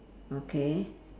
okay